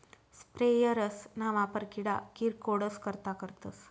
sprayers ना वापर किडा किरकोडस करता करतस